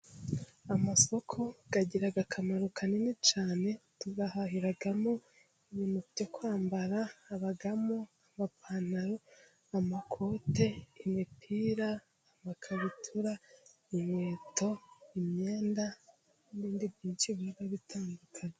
Amasoko agira akamaro kanini cyane， tuyahahiramo ibintu byo kwambara， abamo amapantaro， amakote， imipira， amakabutura，inkweto， imyenda n'ibindi byinshi bigiye bitandukanye.